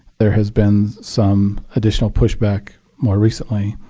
there has been some additional pushback more recently,